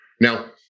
Now